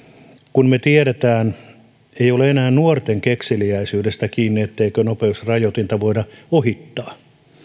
me tiedämme ettei ole enää nuorten kekseliäisyydestä kiinni etteikö nopeusrajoitinta voida ohittaa